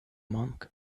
monk